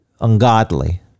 ungodly